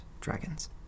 dragons